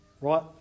Right